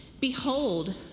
behold